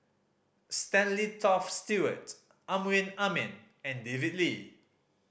Stanley Toft Stewart Amrin Amin and David Lee